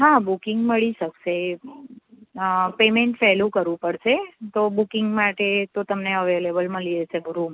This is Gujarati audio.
હા બૂકિંગ મળી શકશે પેમેન્ટ પહેલું કરવું પડશે તો બૂકિંગ માટે તો તમને અવેલેબલ મલી જશે એક રૂમ